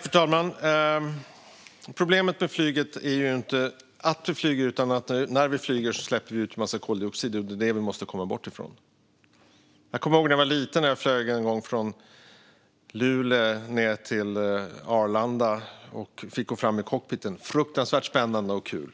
Fru talman! Problemet med flyget är inte att vi flyger utan att när vi flyger släpper vi ut en massa koldioxid. Det är det vi måste komma bort ifrån. Jag kommer ihåg en gång när jag var liten och flög från Luleå ned till Arlanda och fick gå fram i cockpiten. Det var fruktansvärt spännande och kul!